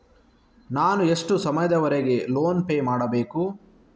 ನಾನು ಎಷ್ಟು ಸಮಯದವರೆಗೆ ಲೋನ್ ಪೇ ಮಾಡಬೇಕು?